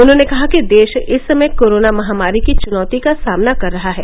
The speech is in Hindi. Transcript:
उन्होंने कहा कि देश इस समय कोरोना महामारी की च्नौती का सामना कर रहा है